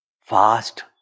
fast